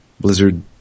Blizzard